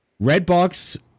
Redbox